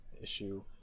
issue